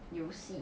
游戏